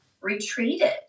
retreated